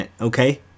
okay